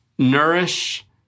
nourish